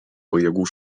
pajėgų